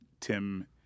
Tim